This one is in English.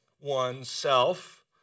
oneself